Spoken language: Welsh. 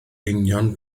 union